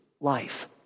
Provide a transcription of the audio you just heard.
life